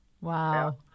Wow